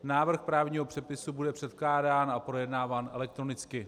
Návrh právního předpisu bude předkládán a projednáván elektronicky.